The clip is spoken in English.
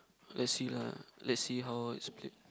let's see lah let's see how is the clip